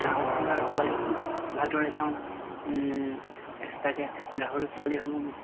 হাঁহ কুকুৰাৰ পোৱালিসমূহ ভালদৰে চাওঁ এক্সট্ৰাকৈ গাহৰি পোৱালিসমূহ